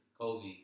Kobe